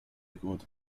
gut